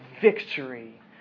victory